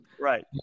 Right